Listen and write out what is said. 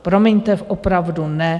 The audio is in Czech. Promiňte, opravdu ne.